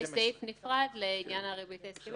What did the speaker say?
ויש סעיף נפרד לעניין הריבית ההסכמית.